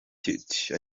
tuty